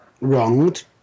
wronged